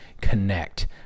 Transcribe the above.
connect